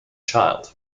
child